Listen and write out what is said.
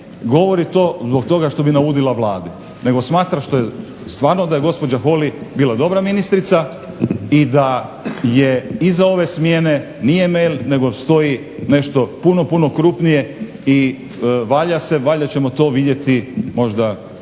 govori to zbog toga što bi naudila Vladi nego smatra stvarno da je gospođa Holy bila dobra ministrica i da je iza ove smjene nije mail nego stoji nešto puno, puno krupnije i valja se, valjda ćemo to vidjeti možda tek